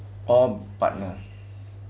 or partner